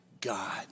God